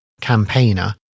campaigner